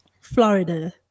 Florida